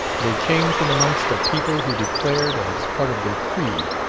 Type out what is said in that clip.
they came from amongst a people who declared, as part of their creed,